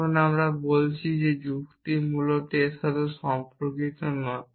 এখন আমরা বলছি যে যুক্তি মূলত এর সাথে সম্পর্কিত নয়